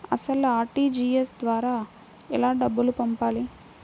అసలు అర్.టీ.జీ.ఎస్ ద్వారా ఎలా డబ్బులు పంపాలి?